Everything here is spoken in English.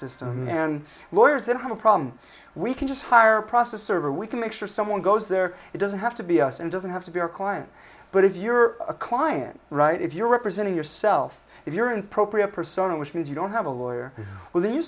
system and lawyers that have a problem we can just hire process server we can make sure someone goes there it doesn't have to be us and doesn't have to be our client but if you're a client right if you're representing yourself if you're an propre a persona which means you don't have a lawyer well then you